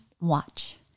watch